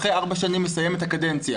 ואחרי ארבע שנים מסיים את הקדנציה.